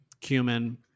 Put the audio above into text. cumin